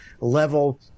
level